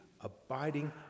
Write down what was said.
abiding